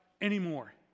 anymore